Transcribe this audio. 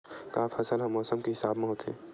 का फसल ह मौसम के हिसाब म होथे?